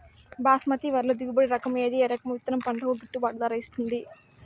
బాస్మతి వరిలో దిగుబడి రకము ఏది ఏ రకము విత్తనం పంటకు గిట్టుబాటు ధర ఇస్తుంది